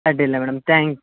ಅಡ್ಡಿಯಿಲ್ಲ madam thank